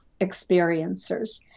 experiencers